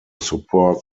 support